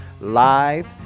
live